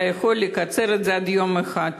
אתה יכול לקצר את זה עד יום אחד.